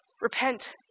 repent